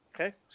Okay